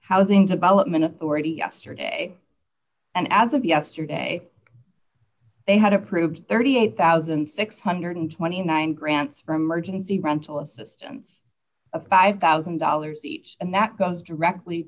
housing development authority yesterday and as of yesterday they had approved thirty eight thousand six hundred and twenty nine dollars grants for emergency rental assistance of five thousand dollars each and that goes directly